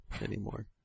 anymore